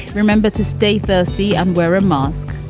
remember to stay thirsty and wear a mask.